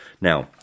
Now